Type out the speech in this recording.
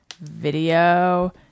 video